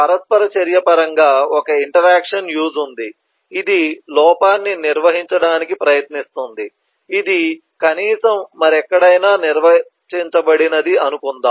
పరస్పర చర్య పరంగా ఒక ఇంటరాక్షన్ యూజ్ ఉంది ఇది లోపాన్ని నిర్వహించడానికి ప్రయత్నిస్తుంది ఇది కనీసం మరెక్కడైనా నిర్వచించబడినది అనుకుందాం